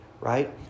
right